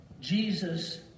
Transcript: Jesus